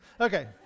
Okay